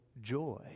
joy